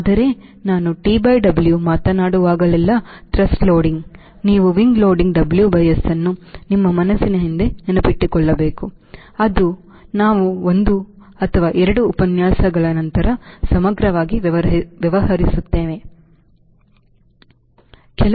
ಆದರೆ ನಾನು TW ಬಗ್ಗೆ ಮಾತನಾಡುವಾಗಲೆಲ್ಲಾ ಥ್ರಸ್ಟ್ ಲೋಡಿಂಗ್ ನೀವು ವಿಂಗ್ ಲೋಡಿಂಗ್ WS ಅನ್ನು ನಿಮ್ಮ ಮನಸ್ಸಿನ ಹಿಂದೆ ಇಟ್ಟುಕೊಳ್ಳಬೇಕು ಅದು ನಾವು ಒಂದು ಅಥವಾ ಎರಡು ಉಪನ್ಯಾಸಗಳ ನಂತರ ಸಮಗ್ರವಾಗಿ ವ್ಯವಹರಿಸುತ್ತೇವೆ ಸರಿ